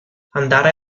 andare